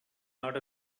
not